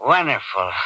Wonderful